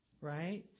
right